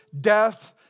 death